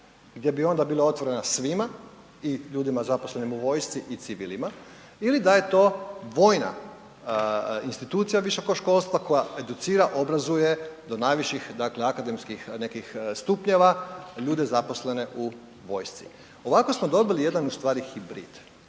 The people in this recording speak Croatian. gdje bi onda bila otvorena svima i ljudima zaposlenima u vojsci i civilima ili da je to vojna institucija visokog školstva koja educira, obrazuje do najviših dakle akademskih nekih stupnjeva ljude zaposlene u vojsci. Ovako smo dobili jedan ustvari hibrid.